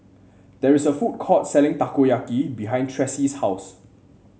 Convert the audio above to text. there is a food court selling Takoyaki behind Tressie's house